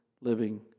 living